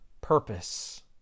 purpose